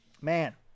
Man